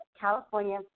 California